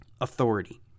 authority